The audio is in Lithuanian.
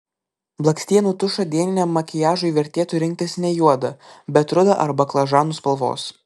blakstienų tušą dieniniam makiažui vertėtų rinktis ne juodą bet rudą ar baklažanų spalvos